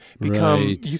become